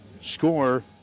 score